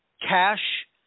cash